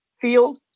field